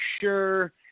sure